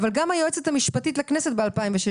גם היועצת המשפטית לכנסת ב-2006,